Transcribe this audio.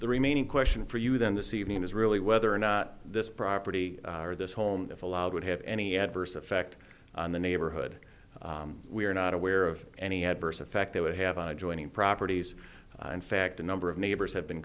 the remaining question for you then the c v is really whether or not this property or this home if allowed would have any adverse effect on the neighborhood we are not aware of any adverse effect that would have on adjoining properties in fact a number of neighbors have been